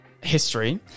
history